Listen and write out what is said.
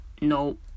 no